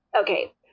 okay